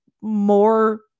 more